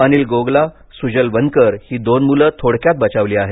अनिल गोगला सुजल वनकर ही दोन मुलं थोडक्यात बचावली आहेत